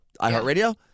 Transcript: iHeartRadio